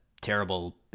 terrible